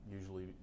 Usually